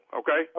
okay